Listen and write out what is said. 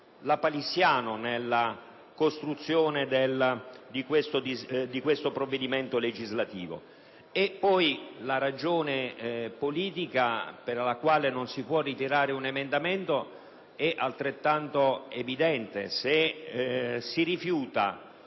lapalissiano nella costruzione di questo provvedimento legislativo. In secondo luogo, la ragione politica per la quale non si può ritirare un emendamento è altrettanto evidente: se si rifiuta